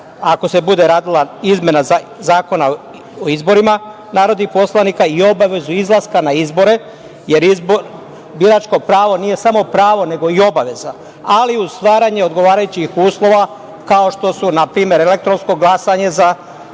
ako se bude radila izmena Zakona o izborima narodnih poslanika, i obavezu izlaska na izbore, jer biračko pravo nije samo pravo, nego i obaveza, ali uz stvaranju odgovarajućih uslova, kao što su npr. elektronsko glasanje za